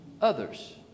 others